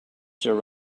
still